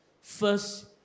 First